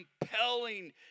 compelling